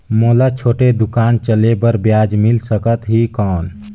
मोला छोटे दुकान चले बर ब्याज मिल सकत ही कौन?